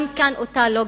גם כאן אותה לוגיקה,